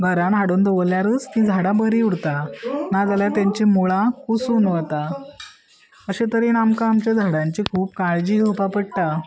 घरान हाडून दवरल्यारूच ती झाडां बरी उरता नाजाल्यार तांची मुळां कुसून वता अशे तरेन आमकां आमच्या झाडांची खूब काळजी घेवपा पडटा